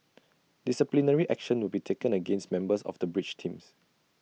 disciplinary action will be taken against members of the bridge teams